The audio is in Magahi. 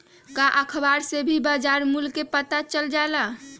का अखबार से भी बजार मूल्य के पता चल जाला?